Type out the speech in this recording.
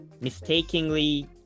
mistakenly